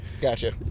Gotcha